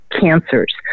cancers